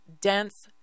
dense